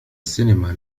السينما